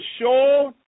show